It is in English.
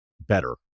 better